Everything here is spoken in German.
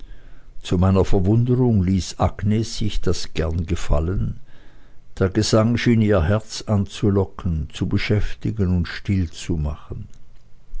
zu meiner verwunderung ließ agnes sich das gern gefallen der gesang schien ihr herz anzulocken zu beschäftigen und still zu machen